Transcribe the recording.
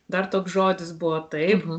dar toks žodis buvo taip